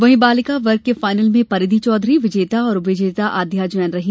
वहीं बालिका वर्ग के फायनल में परिधि चौधरी विजेता और उप विजेता आध्या जैन रहीं